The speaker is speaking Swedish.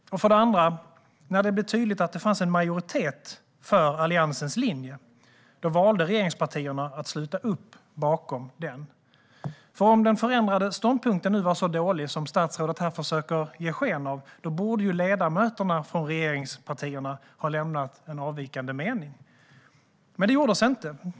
För det andra valde regeringspartierna, när det blev tydligt att det fanns en majoritet för Alliansens linje, att sluta upp bakom den. Om den förändrade ståndpunkten nu var så dålig som statsrådet här försöker ge sken av borde ju ledamöterna från regeringspartierna ha anmält en avvikande mening. Det gjordes dock inte.